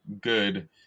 good